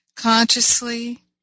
Consciously